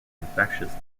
infectious